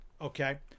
Okay